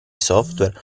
software